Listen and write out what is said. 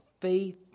Faith